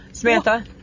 Samantha